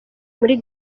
muri